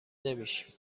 نمیشیم